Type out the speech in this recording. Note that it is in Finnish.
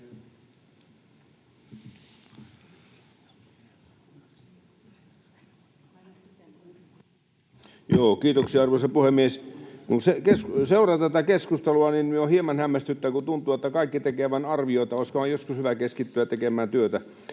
Kiitoksia, arvoisa puhemies! Kun seuraa tätä keskustelua, niin jo hieman hämmästyttää, kun tuntuu, että kaikki tekevät vain arvioita. Olisikohan joskus hyvä keskittyä tekemään työtä?